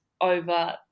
over